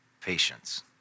patience